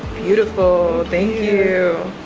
beautiful. thank you.